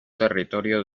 territorio